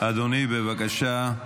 בבקשה,